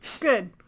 Good